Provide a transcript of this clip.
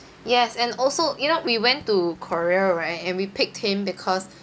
yes and also you know we went to korea right and we picked him because